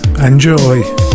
Enjoy